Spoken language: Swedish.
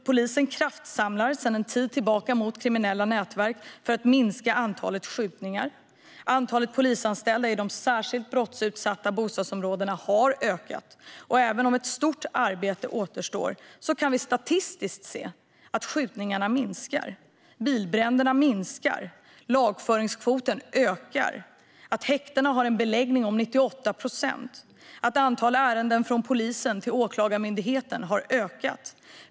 Polisen kraftsamlar sedan en tid tillbaka mot kriminella nätverk för att minska antalet skjutningar. Antalet polisanställda i de särskilt brottsutsatta bostadsområdena har ökat, och även om ett stort arbete återstår kan vi statistiskt se att skjutningarna minskar. Bilbränderna minskar. Lagföringskvoten ökar. Häktena har en beläggning om 98 procent. Antalet ärenden från polisen till Åklagarmyndigheten har ökat.